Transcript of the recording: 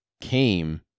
came